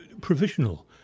provisional